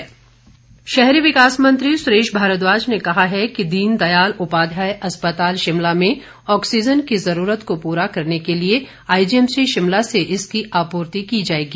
सुरेश भारद्वाज शहरी विकास मंत्री सुरेश भारद्वाज ने कहा है कि दीन दयाल उपाध्याय अस्पताल शिमला में ऑक्सीजन की ज़रूरत को पूरा करने के लिए आईजीएमसी शिमला से इसकी आपूर्ति की जाएगी